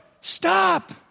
Stop